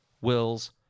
Will's